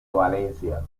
valencia